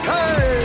Hey